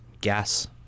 gas